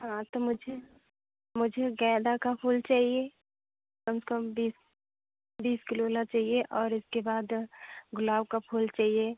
हाँ तो मुझे मुझे गैंदे का फूल चाहिए कम से कम बीस बीस किलो ला चाहिए और उसके बाद गुलाब का फूल चाहिए